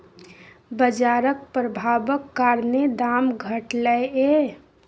बजारक प्रभाबक कारणेँ दाम घटलै यै